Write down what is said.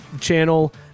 channel